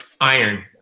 iron